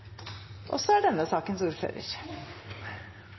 og gassaktiviteten. Så det er